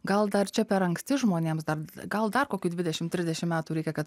gal dar čia per anksti žmonėms dar gal dar kokių dvidešim trisdešim metų reikia kad